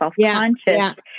self-conscious